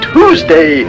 Tuesday